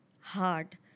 hard